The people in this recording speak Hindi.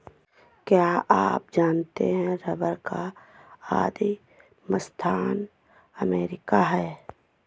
क्या आप जानते है रबर का आदिमस्थान अमरीका है?